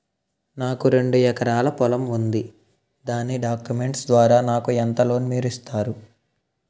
నాకు రెండు ఎకరాల పొలం ఉంది దాని డాక్యుమెంట్స్ ద్వారా నాకు ఎంత లోన్ మీరు ఇస్తారు?